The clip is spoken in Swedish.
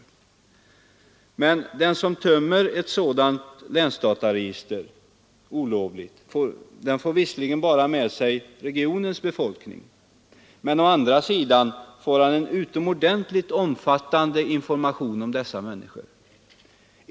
Den som olovligen tömmer ett sådant länsdataregister får visserligen bara uppgifter om regionens befolkning, men å andra sidan får han en utomordentligt omfattande information om dessa människor.